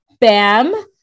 Bam